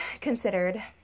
considered